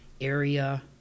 area